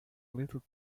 little